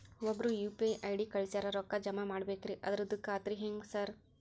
ಒಬ್ರು UPI ID ಕಳ್ಸ್ಯಾರ ರೊಕ್ಕಾ ಜಮಾ ಮಾಡ್ಬೇಕ್ರಿ ಅದ್ರದು ಖಾತ್ರಿ ಹೆಂಗ್ರಿ ಸಾರ್?